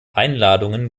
einladungen